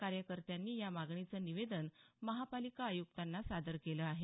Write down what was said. कार्यकर्त्यांनी या मागणीचं निवेदन महापालिका आयुक्तांना सादर केलं आहे